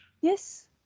Yes